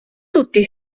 tutti